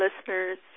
listeners